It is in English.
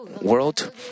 world